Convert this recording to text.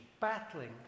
battling